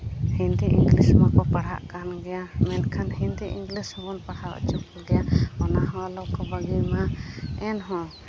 Hindi English ᱛᱮᱢᱟ ᱠᱚ ᱯᱟᱲᱦᱟᱜ ᱠᱟᱱ ᱜᱮᱭᱟ ᱢᱮᱱᱠᱷᱟᱱ ᱦᱤᱱᱫᱤ ᱤᱝᱞᱤᱥ ᱦᱚᱸᱵᱚᱱ ᱯᱟᱲᱦᱟᱣ ᱚᱪᱚ ᱠᱚᱜᱮᱭᱟ ᱚᱱᱟ ᱦᱚᱸ ᱟᱞᱚ ᱠᱚ ᱵᱟᱹᱜᱤ ᱢᱟ ᱮᱱᱦᱚᱸ